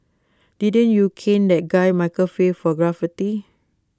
didn't you cane that guy Michael Fay for graffiti